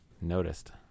noticed